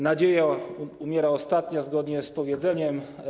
Nadzieja umiera ostatnia, zgodnie z powiedzeniem.